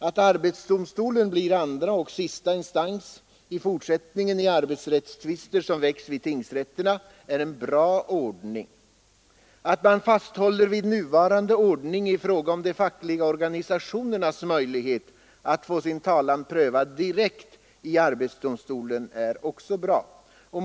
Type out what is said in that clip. Att arbetsdomstolen i fortsättningen blir andra och sista instans i arbetsrättstvister som väcks vid tingsrätterna är en bra ordning. Att man fasthåller vid nuvarande system i fråga om de fackliga organisationernas möjlighet att få sin talan prövad direkt i arbetsdomstolen är också bra. Herr talman!